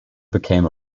became